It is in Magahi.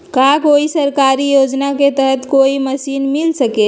का कोई सरकारी योजना के तहत कोई मशीन मिल सकेला?